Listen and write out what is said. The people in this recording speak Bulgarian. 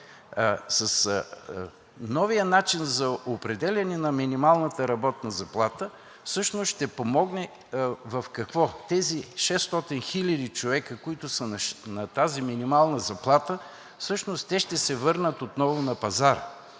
с новия начин за определяне на минималната работна заплата всъщност ще помогне в какво – тези 600 хиляди човека, които са на тази минимална заплата, ще се върнат отново на пазара.